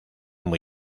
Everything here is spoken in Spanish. muy